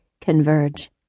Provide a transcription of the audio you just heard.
converge